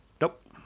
Nope